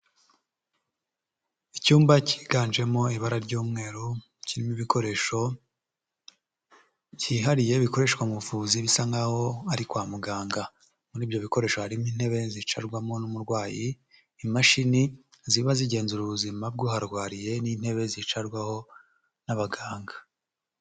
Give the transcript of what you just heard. Icyumba cyiganjemo ibara ry'umweru, kirimo ibikoresho byihariye bikoreshwa mu buvuzi bisa nk'aho ari kwa muganga. Muri ibyo bikoresho harimo intebe zicarwamo n'umurwayi, imashini ziba zigenzura ubuzima bw'uharwariye n'intebe zicarwaho n'abaganga.